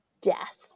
death